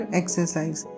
exercise